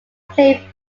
played